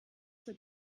zur